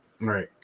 right